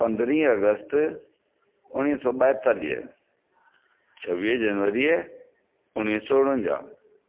पंद्रहीं अगस्त उणिवीह सौ ॿाएतालीह छवीह जनवरी उणिवीह सौ उणवंजाहु